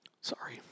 Sorry